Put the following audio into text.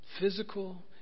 physical